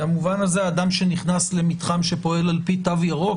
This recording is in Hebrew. במובן הזה אדם שנכנס למתחם שפועל על פי תו ירוק,